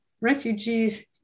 refugees